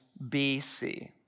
BC